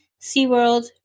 SeaWorld